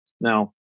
Now